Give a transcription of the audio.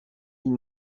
ils